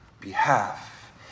behalf